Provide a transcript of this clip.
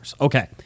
Okay